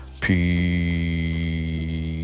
Peace